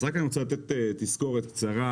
אני רק רוצה לתת תזכורת קצרה